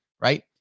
right